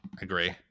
Agree